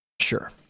sure